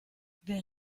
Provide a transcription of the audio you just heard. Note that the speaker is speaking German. wer